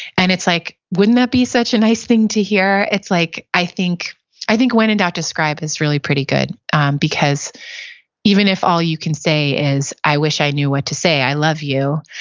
and it's like, wouldn't that be such a nice thing to hear? like i think i think when in doubt, describe is really pretty good because even if all you can say is, i wish i knew what to say, i love you,